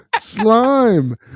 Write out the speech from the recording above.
Slime